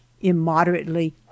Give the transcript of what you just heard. immoderately